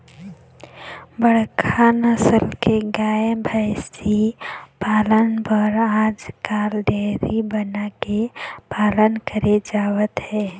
बड़का नसल के गाय, भइसी पालन बर आजकाल डेयरी बना के पालन करे जावत हे